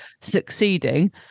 succeeding